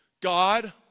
God